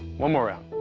one more round.